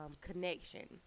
connection